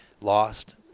Lost